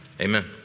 amen